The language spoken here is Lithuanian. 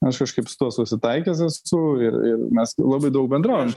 aš kažkaip su tuo susitaikęs esu ir ir mes labai daug bendraujam